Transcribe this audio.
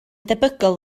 debygol